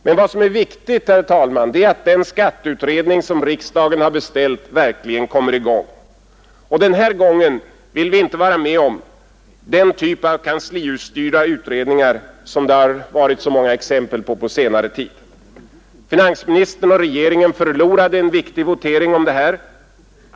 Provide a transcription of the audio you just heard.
Men vad som är viktigt, herr talman, är att den skatteutredning som riksdagen har begärt verkligen kommer i gång. Och den här gången vill vi inte vara med om den typ av kanslihusstyrda utredningar som det har funnits så många exempel på under senare tid. Finansministern och regeringen förlorade i höstas en viktig votering om det här.